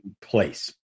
place